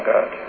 God